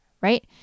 right